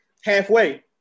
halfway